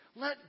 let